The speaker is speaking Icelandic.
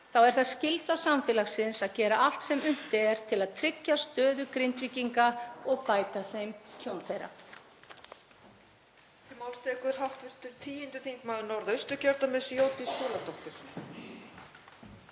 þá er það skylda samfélagsins að gera allt, sem unnt er, til að tryggja stöðu Grindvíkinga og bæta þeim tjón þeirra.